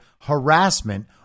harassment